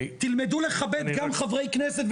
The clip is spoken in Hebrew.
תלמדו לכבד גם חברי כנסת,